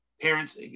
parents